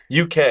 UK